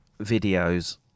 videos